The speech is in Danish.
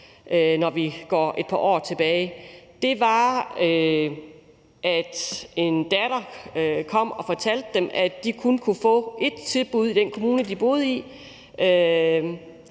når vi går et par år tilbage, var, at en datter var kommet og fortalt dem, at de kun kunne få ét tilbud i den kommune, de boede i.